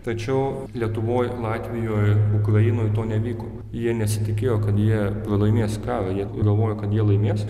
tačiau lietuvoj latvijoj ukrainoj to nevyko jie nesitikėjo kad jie pralaimės karą jie galvojo kad jie laimės